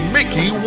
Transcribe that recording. Mickey